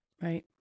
right